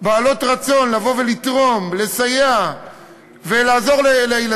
ובעלות רצון לתרום ולסייע לילדים,